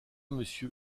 monsieur